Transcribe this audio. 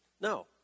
No